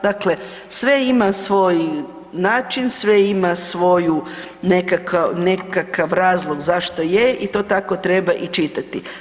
Dakle, sve ima svoj način, sve ima svoju nekakav razlog zašto je i to tako treba i čitati.